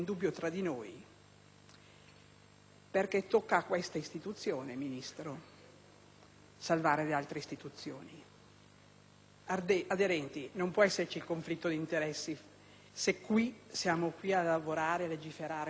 perché tocca a questa nostra istituzione, Ministro, salvare le altre. Senatrice Aderenti, non può esserci conflitto di interessi se siamo qui a lavorare e a legiferare per il Paese.